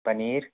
paneer